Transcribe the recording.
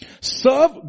Serve